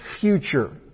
future